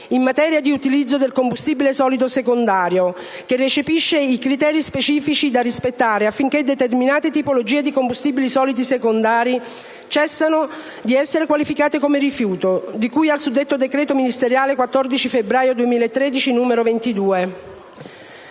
in materia di utilizzo del combustibile solido secondario (CSS)", che recepisce i criteri specifici da rispettare affinché determinate tipologie di CSS cessano di essere qualificate come rifiuto, di cui al suddetto decreto ministeriale 14 febbraio 2013, n. 22.